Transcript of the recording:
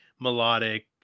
melodic